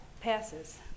passes